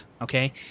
okay